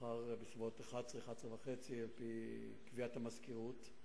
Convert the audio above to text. מחר בסביבות 11:00, 11:30, על-פי קביעת המזכירות,